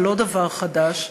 זה לא דבר חדש,